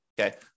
okay